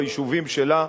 ביישובים שלה,